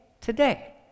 Today